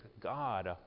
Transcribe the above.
God